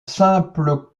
simple